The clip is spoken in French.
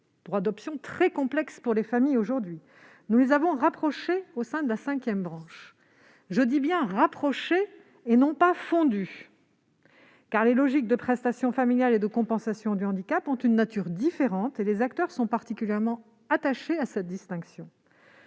droit d'option, très complexe pour les familles, nous les avons rapprochées au sein de la cinquième branche. Je dis bien « rapprochées » et non pas « fondues », car les logiques de prestation familiale et de compensation du handicap ont une nature différente, et les acteurs sont particulièrement attachés à cette distinction.